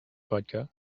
vodka